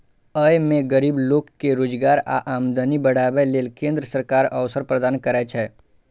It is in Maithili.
अय मे गरीब लोक कें रोजगार आ आमदनी बढ़ाबै लेल केंद्र सरकार अवसर प्रदान करै छै